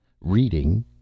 Reading